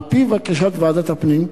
על-פי בקשת ועדת הפנים,